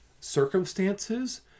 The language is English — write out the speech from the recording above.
circumstances